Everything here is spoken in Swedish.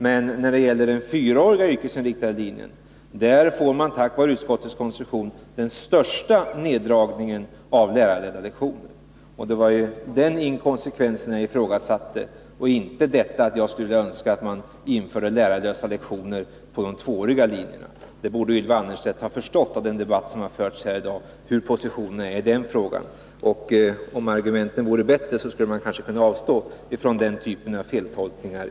Men när det gäller den fyraåriga yrkesinriktade tekniska linjen uppnås genom utskottets konstruktion den största minskningen av antalet lärarledda lektioner. Det var den inkonsekvensen jag påtalade. Jag önskade inte att man skulle införa lärarlösa lektioner på de tvååriga linjerna. Ylva Annerstedt borde av dagens debatt ha förstått hur positionerna är i den frågan. Om argumenten hade varit bättre, så skulle hon kanske ha kunnat undvika den typen av felktolkningar.